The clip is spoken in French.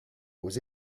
aux